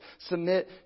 submit